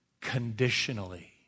conditionally